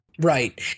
right